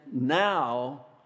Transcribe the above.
now